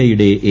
I യുടെ A